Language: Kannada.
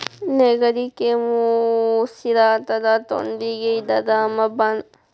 ನೆಗಡಿ, ಕೆಮ್ಮು, ಉಸಿರಾಟದ ತೊಂದ್ರಿಗೆ ಇದ ರಾಮ ಬಾಣ